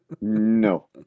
No